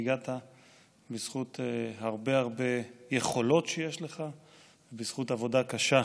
והגעת בזכות הרבה הרבה יכולות שיש לך ובזכות עבודה קשה.